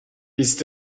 ist